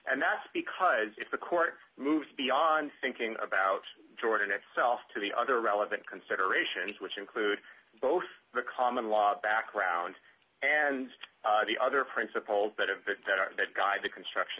and that's because if the court moved beyond thinking about jordan itself to the other relevant consideration which include both the common law background and the other principles that have been that guy the construction